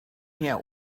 here